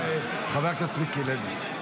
זה מטעם הוועדה, חבר הכנסת מיקי לוי.